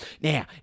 Now